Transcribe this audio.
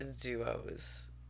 duos